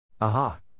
Aha